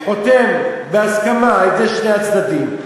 חותם בהסכמה של שני הצדדים,